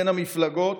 בין המפלגות.